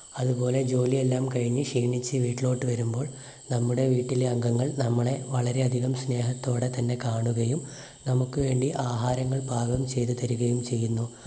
അതുപോലെ ജോലിയെല്ലാം കഴിഞ്ഞ് ക്ഷീണിച്ച് വീട്ടിലേക്ക് വരുമ്പോൾ നമ്മുടെ വീട്ടിലെ അംഗങ്ങൾ നമ്മളെ വളരെയധികം സ്നേഹത്തോടെ തന്നെ കാണുകയും നമുക്ക് വേണ്ടി ആഹാരങ്ങൾ പാകം ചെയ്തുതരികയും ചെയ്യുന്നു